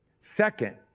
Second